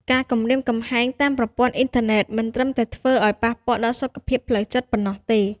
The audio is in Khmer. ការគំរាមកំហែងតាមប្រព័ន្ធអ៊ីនធឺណិតមិនត្រឹមតែធ្វើឲ្យប៉ះពាល់ដល់សុខភាពផ្លូវចិត្តប៉ុណ្ណោះទេ។